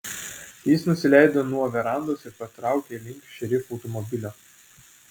jis nusileido nuo verandos ir patraukė link šerifo automobilio